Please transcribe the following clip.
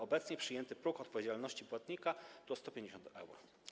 Obecnie przyjęty próg odpowiedzialności płatnika to 150 euro.